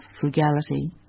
frugality